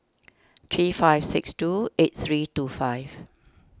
three five six two eight three two five